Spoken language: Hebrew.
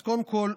אז קודם כול,